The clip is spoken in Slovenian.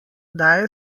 daje